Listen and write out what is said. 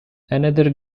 another